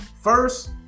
first